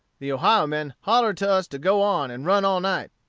the ohio men hollered to us to go on and run all night.